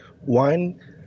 One